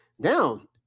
down